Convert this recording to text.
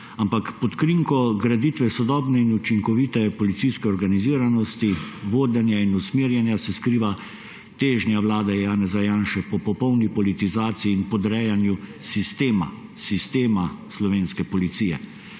Ampak pod krinko graditve sodobne in učinkovite policijske organiziranosti, vodenja in usmerjenja se skriva težnja vlade Janeza Janše po popolni politizaciji in podrejanja sistema, sistema Slovenske policije.